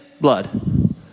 blood